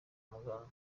muganga